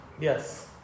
Yes